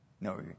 No